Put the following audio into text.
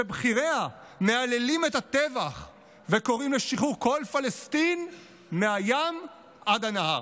שבכיריה מהללים את הטבח וקוראים לשחרור כל פלסטין מהים עד הנהר.